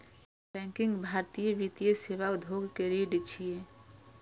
banking भारतीय वित्तीय सेवा उद्योग के रीढ़ छियै